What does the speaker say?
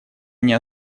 они